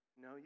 No